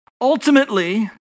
Ultimately